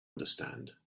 understand